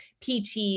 PT